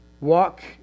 walk